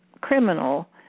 criminal